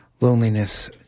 loneliness